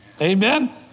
Amen